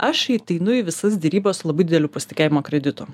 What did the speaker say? aš ateinu į visas derybas su labai dideliu pasitikėjimo kreditu